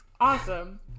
Awesome